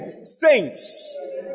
Saints